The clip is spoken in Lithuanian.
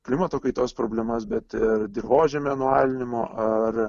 klimato kaitos problemas bet ir dirvožemio nualinimo ar